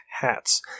hats